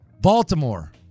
Baltimore